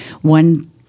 one